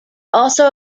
also